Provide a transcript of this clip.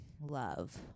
love